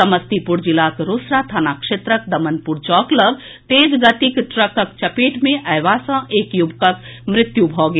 समस्तीपुर जिलाक रोसड़ा थाना क्षेत्रक दमनपुर चौक लऽग तेज गतिक ट्रकक चपेट मे अएबा सॅ एक युवकक मृत्यु भऽ गेल